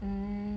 mm